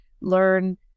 learn